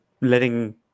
letting